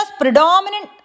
predominant